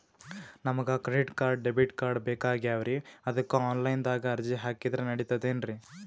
ನಮಗ credit card, debit card ಬೇಕಾಗ್ಯಾವ್ರೀ ಅದಕ್ಕ ಆನಲೈನದಾಗ ಅರ್ಜಿ ಹಾಕಿದ್ರ ನಡಿತದೇನ್ರಿ?